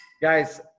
guys